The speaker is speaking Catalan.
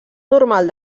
normal